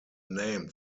named